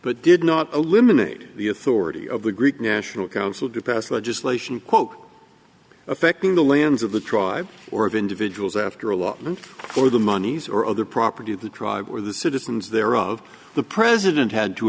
but did not eliminate the authority of the greek national council to pass legislation quote affecting the lands of the tribe or of individuals after allotment for the monies or other property of the tribe or the citizens there of the president had to